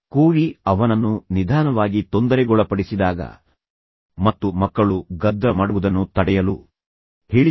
Covey ಅವನನ್ನು ನಿಧಾನವಾಗಿ ತೊಂದರೆಗೊಳಪಡಿಸಿದಾಗ ಮತ್ತು ಮಕ್ಕಳು ಗದ್ದಲ ಮಾಡುವುದನ್ನು ತಡೆಯಲು ನಿಮಗೆ ಮನಸ್ಸಿದೆಯೇ ಎಂದು ಕೇಳಿದಾಗ ಅವನು ಏಕೆ ಸುಮ್ಮನಿದ್ದಾನೆ